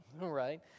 right